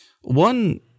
One